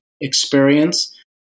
experience